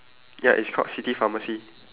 ya it's called city pharmacy